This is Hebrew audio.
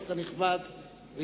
הכנסת הנכבד חמד עמאר,